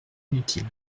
inutiles